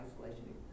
isolation